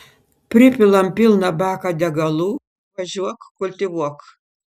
pripilam pilną baką degalų važiuok kultivuok